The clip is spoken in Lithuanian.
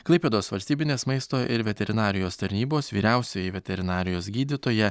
klaipėdos valstybinės maisto ir veterinarijos tarnybos vyriausioji veterinarijos gydytoja